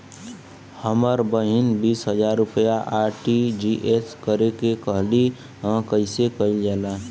हमर बहिन बीस हजार रुपया आर.टी.जी.एस करे के कहली ह कईसे कईल जाला?